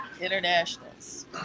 Internationals